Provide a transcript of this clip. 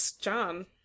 John